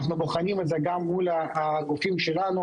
אנחנו בוחנים את זה גם מול הגופים שלנו.